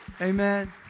Amen